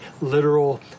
literal